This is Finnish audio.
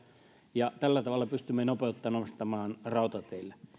ja tällä tavalla pystymme nopeutta nostamaan rautateillä